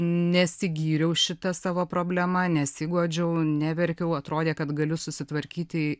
nesigyriau šita savo problema nesiguodžiau neverkiau atrodė kad galiu susitvarkyti